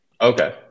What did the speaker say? Okay